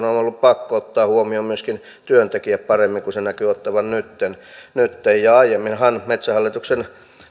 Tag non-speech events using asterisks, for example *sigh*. *unintelligible* on on ollut pakko ottaa huomioon myöskin työntekijät paremmin kuin se näkyy ottavan nytten nytten aiemminhan metsähallituksen